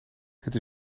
het